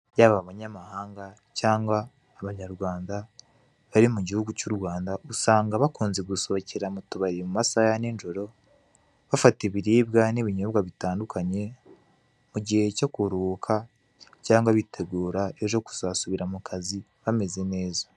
Yaba abanyamahanga cyangwa abanyarwanda usanga bakunze gusohookera mu tubari mu masaha ya ninjoro, bafata ibiribwa cyangwa ibinyobwa bitandukanye mu gihe cyo kuruhuka cyangwa bitegura ejo kuzajya mu kabari bameze neza.